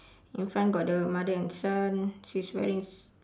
in front got the mother and son she's wearing